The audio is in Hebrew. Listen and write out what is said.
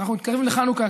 אנחנו מתקרבים לחנוכה,